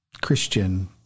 Christian